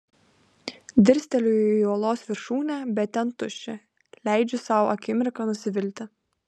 dirsteliu į uolos viršūnę bet ten tuščia leidžiu sau akimirką nusivilti